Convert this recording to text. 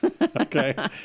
Okay